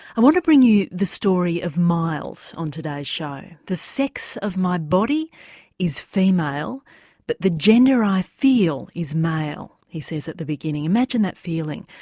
i want to bring you the story of miles on today's show. the sex of my body is female but the gender i feel is male he says at the beginning. imagine that feeling,